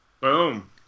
Boom